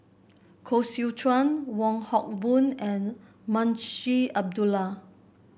Koh Seow Chuan Wong Hock Boon and Munshi Abdullah